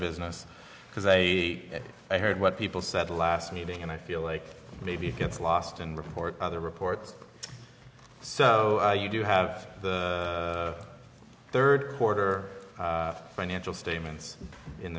business because i i heard what people said last meeting and i feel like maybe it gets lost in report other reports so you do have the third quarter financial statements in